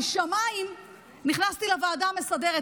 משמיים נכנסתי לוועדה המסדרת,